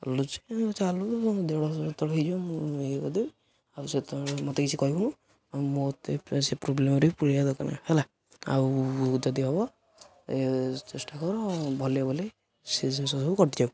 ଚାଲୁଛି ଚାଲୁ ଦେଢ଼ଶହ ଯେତେବେଳେ ହେଇଯିବ ମୁଁ ଇଏ କରିଦେବି ଆଉ ସେତେବେଳେ ମୋତେ କିଛି କହିବୁନୁ ମୋତେ ସେ ପ୍ରୋବ୍ଲେମରେ ପୁରେଇବା ଦରକାର ନାହିଁ ହେଲା ଆଉ ଯଦି ହବ ଚେଷ୍ଟା କର ଭଲ ଭଲରେ ସେଇ ଜିନିଷ ସବୁ କଟିଯାଉ